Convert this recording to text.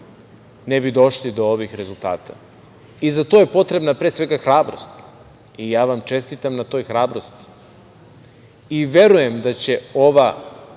ne bi došli do ovih rezultata. I za to je potrebna hrabrost i ja vam čestitam na toj hrabrosti. Verujem da će ova